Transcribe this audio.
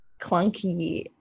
clunky